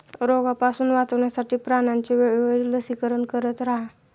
रोगापासून वाचवण्यासाठी प्राण्यांचे वेळोवेळी लसीकरण करत रहा